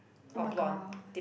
!oh-my-god!